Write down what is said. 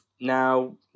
now